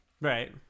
right